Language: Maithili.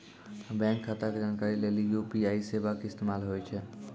बैंक खाता के जानकारी लेली यू.पी.आई सेबा के इस्तेमाल होय छै